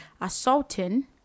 assaulting